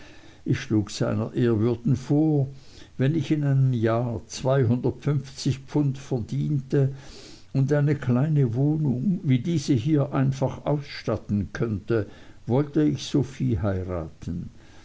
ich schlug seiner ehrwürdigen vor wenn ich in einem jahr zweihundertfünfzig pfund verdiente und eine kleine wohnung wie diese hier einfach ausstatten könnte wollte ich sophie heiraten